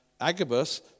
Agabus